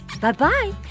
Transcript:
Bye-bye